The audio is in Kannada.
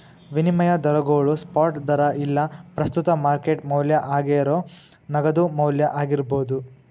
ವಿನಿಮಯ ದರಗೋಳು ಸ್ಪಾಟ್ ದರಾ ಇಲ್ಲಾ ಪ್ರಸ್ತುತ ಮಾರ್ಕೆಟ್ ಮೌಲ್ಯ ಆಗೇರೋ ನಗದು ಮೌಲ್ಯ ಆಗಿರ್ಬೋದು